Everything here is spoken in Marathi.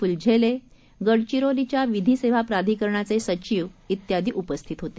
फुलझेले गडचिरोलीच्या विधी सेवा प्राधिकरणाचे सचिव उपस्थित होते